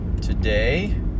today